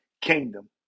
kingdom